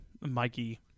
Mikey